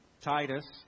Titus